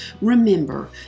Remember